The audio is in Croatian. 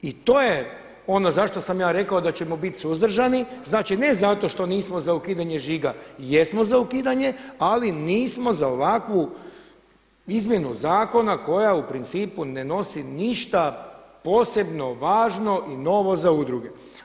I to je ono zašto sam ja rekao da ćemo biti suzdržani, znači ne zato što nismo za ukidanje žiga, jesmo za ukidanje, ali nismo za ovakvu izmjenu zakona koja u principu ne nosi ništa posebno važno i novo za udruge.